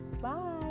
bye